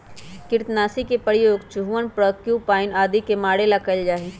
कृन्तकनाशी के प्रयोग चूहवन प्रोक्यूपाइन आदि के मारे ला कइल जा हई